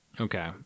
Okay